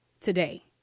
today